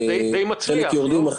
זה די מצליח, לא?